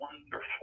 wonderful